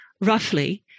Roughly